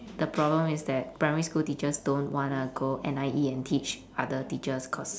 the problem is that primary school teachers don't wanna go N_I_E and teach other teachers cause